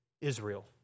Israel